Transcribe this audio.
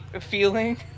feeling